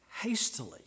hastily